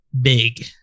big